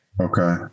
Okay